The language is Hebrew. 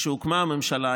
כשהוקמה הממשלה,